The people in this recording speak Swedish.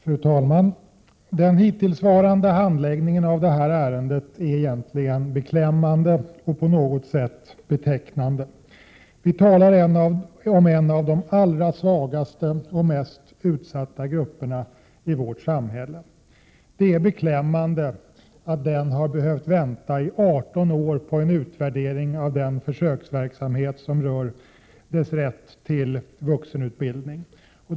Fru talman! Den hittillsvarande handläggningen av det här ärendet är egentligen beklämmande och på något sätt betecknande. Vi talar om en av de allra svagaste och mest utsatta grupperna i vårt samhälle. Det är beklämmande att den har behövt vänta i 18 år på en utvärdering av den försöksverksamhet som rör rätten till vuxenutbildning för den här gruppen.